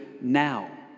now